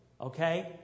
Okay